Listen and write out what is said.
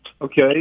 okay